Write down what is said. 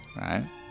right